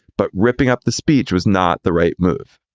but ripping up the speech was not the right move.